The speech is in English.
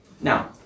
Now